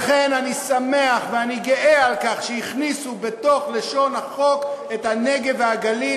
לכן אני שמח ואני גאה על כך שהכניסו בתוך נוסח החוק את הנגב והגליל,